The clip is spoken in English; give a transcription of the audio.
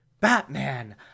Batman